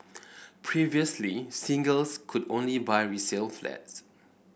previously singles could only buy resale flats